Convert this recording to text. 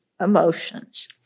emotions